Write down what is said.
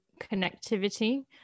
connectivity